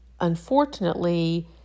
unfortunately